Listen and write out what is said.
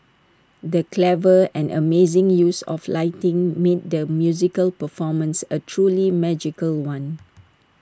the clever and amazing use of lighting made the musical performance A truly magical one